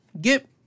get